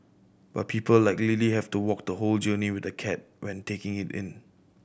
but people like Lily have to walk the whole journey with the cat when taking it in